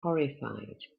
horrified